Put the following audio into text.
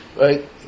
right